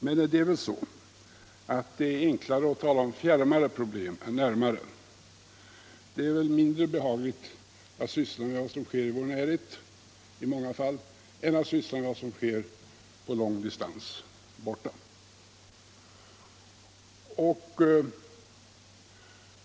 Men det är väl enklare att tala om fjärmare problem än om närmare. Det är i många fall mindre behagligt att syssla med vad som sker i vår närhet än att syssla med vad som sker borta, på långdistans.